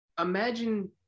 Imagine